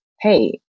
hey